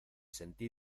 sentí